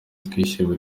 twishime